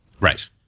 Right